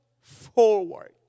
forward